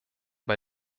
bei